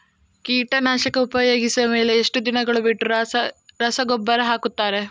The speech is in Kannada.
ಕೀಟನಾಶಕ ಉಪಯೋಗಿಸಿದ ಮೇಲೆ ಎಷ್ಟು ದಿನಗಳು ಬಿಟ್ಟು ರಸಗೊಬ್ಬರ ಹಾಕುತ್ತಾರೆ?